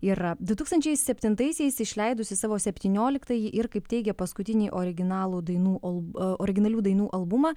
yra du tūkstančiai septintaisiais išleidusi savo septynioliktąjį ir kaip teigė paskutinį originalų dainų ol originalių dainų albumą